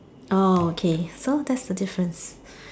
oh okay so that's the difference